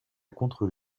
contre